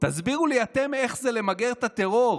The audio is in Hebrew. תסבירו לי אתם איך זה למגר את הטרור,